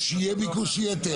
אז שיהיה ביקוש יתר.